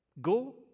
Go